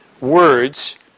words